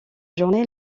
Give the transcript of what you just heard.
journée